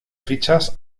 fichas